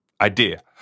idea